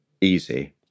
easy